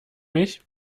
mich